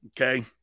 Okay